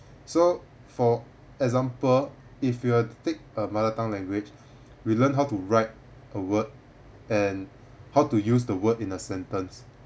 so for example if you are to take a mother tongue language we learn how to write a word and how to use the word in a sentence